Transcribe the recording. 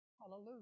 Hallelujah